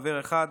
חבר אחד,